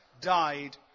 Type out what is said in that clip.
died